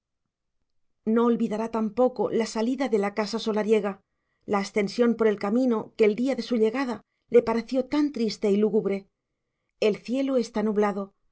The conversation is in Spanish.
no olvidará tampoco la salida de la casa solariega la ascensión por el camino que el día de su llegada le pareció tan triste y lúgubre el cielo está nublado